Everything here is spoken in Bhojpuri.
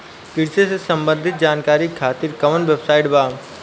कृषि से संबंधित जानकारी खातिर कवन वेबसाइट बा?